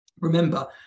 Remember